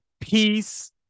peace